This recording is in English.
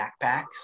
backpacks